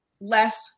less